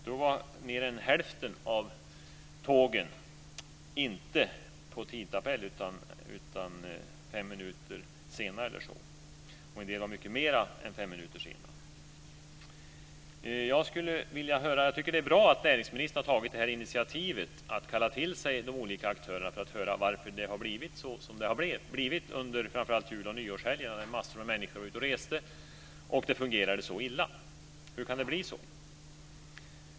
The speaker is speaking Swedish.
Då var mer än hälften av tågen inte på tidtabell utan ca 5 minuter sena. En del var mycket mer än 5 minuter sena. Jag tycker att det är bra att näringsministern har tagit detta initiativ och kallat till sig de olika aktörerna för att höra varför det blev som det blev under framför allt jul och nyårshelgen, då massor av människor var ute och reste och det fungerade så illa. Hur kan det bli så?